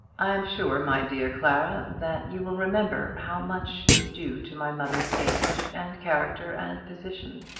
i am sure, my dear clara, that you will remember how much is due to my mother's age, and character, and position.